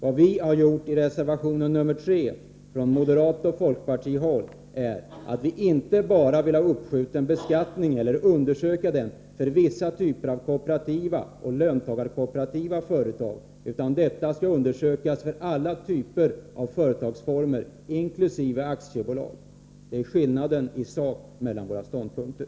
Vad vi moderater och folkpartister framför i reservation 3 är att vi vill ha en uppskjuten beskattning eller en undersökning i detta avseende inte bara för vissa typer av kooperativa företag och löntagarkooperativa företag utan för alla typer av företagsformer, inkl. aktiebolag. Det är skillnaden i sak mellan våra ståndpunkter.